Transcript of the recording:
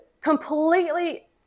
completely